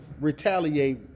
retaliate